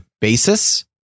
basis